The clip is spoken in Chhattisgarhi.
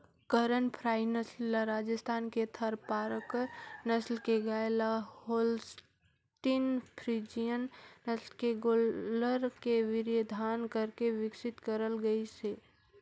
करन फ्राई नसल ल राजस्थान के थारपारकर नसल के गाय ल होल्सटीन फ्रीजियन नसल के गोल्लर के वीर्यधान करके बिकसित करल गईसे